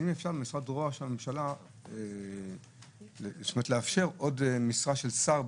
האם אפשר במשרד ראש הממשלה לאפשר עוד משרה של שר?